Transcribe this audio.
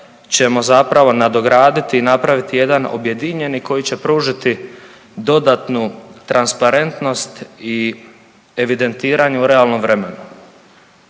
ćemo zapravo nadograditi i napraviti jedan objedinjeni koji će pružiti dodatnu transparentnost i evidentiranje u realnom vremenu.